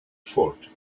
fort